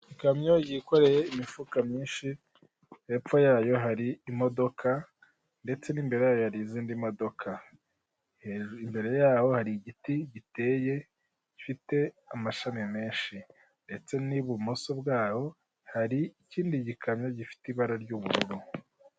Ikamyo yikoreye imifuka myinshi hepfo yayo hari imodoka ndetse n'imbere yayo hari izindi modoka, imbere yaho hari igiti giteye gifite amashami menshi ndeste n'ibimoso bwawo hari ikindi gikamyo gifite ubara ry'ubururu.